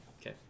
okay